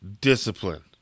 discipline